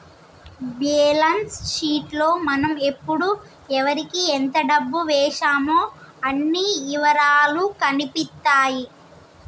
balance sheet లో మనం ఎప్పుడు ఎవరికీ ఎంత డబ్బు వేశామో అన్ని ఇవరాలూ కనిపిత్తాయి